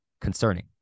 concerning